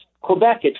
Quebec